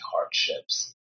hardships